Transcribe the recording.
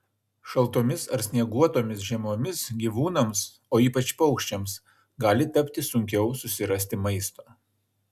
šaltomis ar snieguotomis žiemomis gyvūnams o ypač paukščiams gali tapti sunkiau susirasti maisto